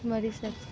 મળી શકે